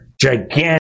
gigantic